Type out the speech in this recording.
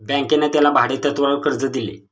बँकेने त्याला भाडेतत्वावर कर्ज दिले